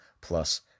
Plus